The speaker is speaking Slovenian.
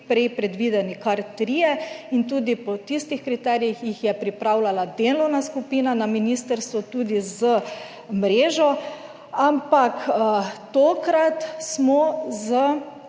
predvideni kar trije. In tudi po tistih kriterijih jih je pripravljala delovna skupina na ministrstvu, tudi z mrežo, ampak tokrat smo z